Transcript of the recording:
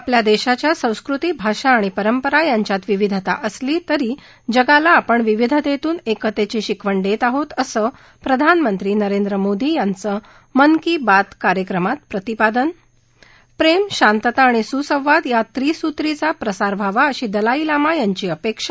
आपल्या देशाच्या संस्कृती भाषा आणि परंपरा यांच्यात विविधता असली तरी जगाला आपण विविधेतून एकतेची शिकवण देत आहोत असं प्रधानमंत्री नरेंद्र मोदी यांचं मन की बात कार्यक्रमात प्रतिपादन प्रेम शांतता आणि सुसंवाद या त्रिसूत्रीचा प्रसार व्हावा अशी दलाई लामा यांची अपेक्षा